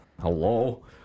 Hello